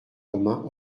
romain